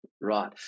Right